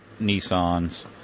Nissans